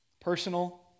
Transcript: personal